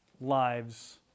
lives